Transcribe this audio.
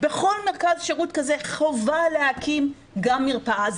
בכל מרכז שירות כזה חובה להקים גם מרפאה.